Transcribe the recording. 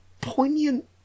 poignant